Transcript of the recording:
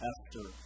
Esther